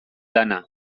lana